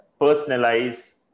personalize